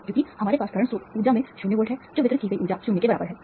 क्योंकि हमारे पास करंट स्रोत ऊर्जा में 0 वोल्ट है जो वितरित की गई ऊर्जा 0 के बराबर है